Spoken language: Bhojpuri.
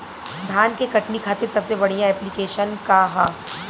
धान के कटनी खातिर सबसे बढ़िया ऐप्लिकेशनका ह?